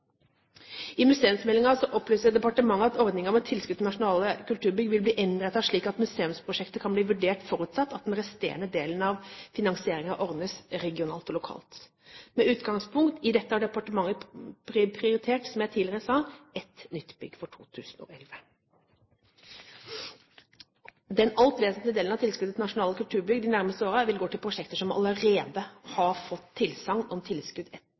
I museumsmeldingen opplyste departementet at ordningen med tilskudd til nasjonale kulturbygg vil bli innrettet slik at museumsprosjekter kan bli vurdert, forutsatt at den resterende delen av finansieringen ordnes regionalt og lokalt. Med utgangspunkt i dette har departementet prioritert, som jeg tidligere sa, ett nytt bygg for 2011. Den alt vesentlige delen av tilskudd til nasjonale kulturbygg de nærmeste årene vil gå til prosjekter som allerede har fått tilsagn om tilskudd